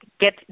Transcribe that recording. get